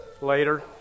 later